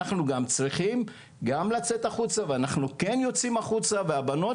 אנחנו צריכים גם לצאת החוצה ואנחנו כן יוצאים החוצה והבנות